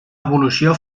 evolució